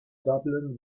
dublin